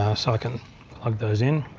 ah so i can plug those in.